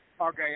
Okay